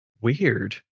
Weird